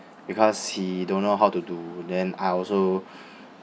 because he don't know how to do then I also